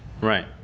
right